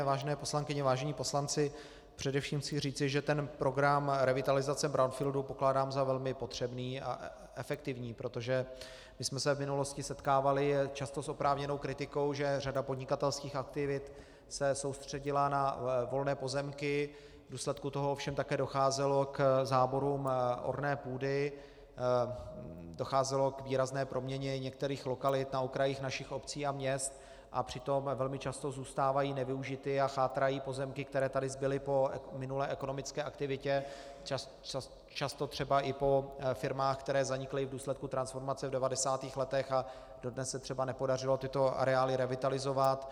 Vážené poslankyně, vážení poslanci, především chci říci, že ten program revitalizace brownfieldů pokládám za velmi potřebný a efektivní, protože jsme se v minulosti setkávali často s oprávněnou kritikou, že řada podnikatelských aktivit se soustředila na volné pozemky, v důsledku toho ovšem také docházelo k záborům orné půdy, docházelo k výrazné proměně některých lokalit na okrajích našich obcí a měst, a přitom velmi často zůstávají nevyužity a chátrají pozemky, které tady zbyly po minulé ekonomické aktivitě, často třeba i po firmách, které zanikly v důsledku transformace v 90. letech, a dodnes se třeba nepodařilo tyto areály revitalizovat.